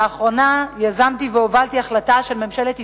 לאחרונה יזמתי והובלתי החלטה של ממשלת ישראל,